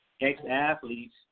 ex-athletes